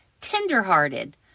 tenderhearted